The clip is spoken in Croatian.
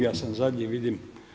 Ja sam zadnji vidim.